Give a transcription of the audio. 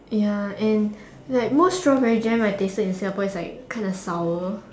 ya and like most strawberry jams I tasted in Singapore is like kind of sour